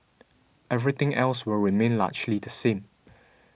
everything else will remain largely the same